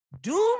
Doom